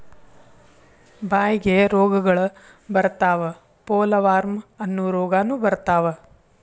ಬಾಯಿಗೆ ರೋಗಗಳ ಬರತಾವ ಪೋಲವಾರ್ಮ ಅನ್ನು ರೋಗಾನು ಬರತಾವ